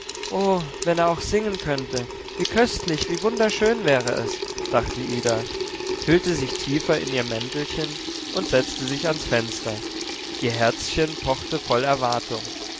wenn er auch singen könnte wie köstlich wie wunderschön wäre es dachte ida hüllte sich tiefer in ihr mäntelchen und setzte sich ans fenster ihr herzchen pochte voll erwartung